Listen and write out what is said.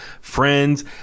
friends